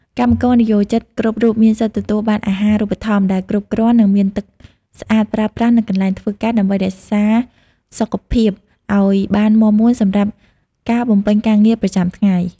កម្មករនិយោជិតគ្រប់រូបមានសិទ្ធិទទួលបានអាហារូបត្ថម្ភដែលគ្រប់គ្រាន់ និងមានទឹកស្អាតប្រើប្រាស់នៅកន្លែងធ្វើការ ដើម្បីរក្សាសុខភាពឱ្យបានមាំមួនសម្រាប់ការបំពេញការងារប្រចាំថ្ងៃ។